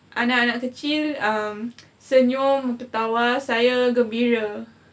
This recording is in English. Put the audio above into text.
anak anak kecil err um senyum ketawa saya gembira